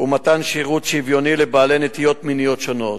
ומתן שירות שוויוני לבעלי נטיות מיניות שונות.